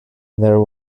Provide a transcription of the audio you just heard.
there